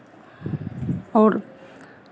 और